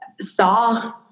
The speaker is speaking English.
saw